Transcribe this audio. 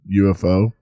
UFO